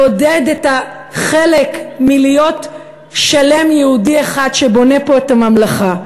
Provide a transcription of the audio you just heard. לעודד את החלק להיות שלם יהודי אחד שבונה פה את הממלכה,